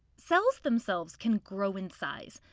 cells themselves can grow in size.